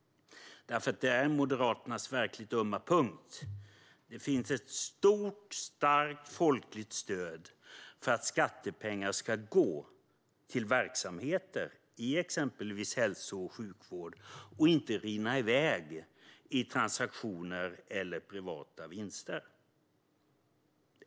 Detta är nämligen Moderaternas verkligt ömma punkt. Det finns ett stort och starkt folkligt stöd för att skattepengar ska gå till verksamheter inom exempelvis hälso och sjukvård och inte rinna iväg i transaktioner eller i form av privata vinster.